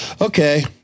Okay